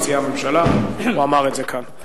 אני השתתפתי במסיבת העיתונאים, אמרתי: כן, המפקד.